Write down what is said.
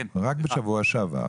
רק בשבוע שעבר